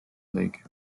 league